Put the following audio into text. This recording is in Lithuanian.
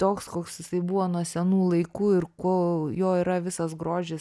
toks koks jisai buvo nuo senų laikų ir kuo jo yra visas grožis